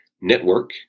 Network